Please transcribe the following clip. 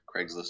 craigslist